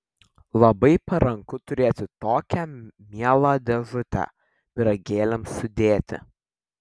labai paranku turėti tokią mielą dėžutę pyragėliams sudėti